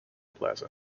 plaza